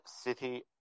city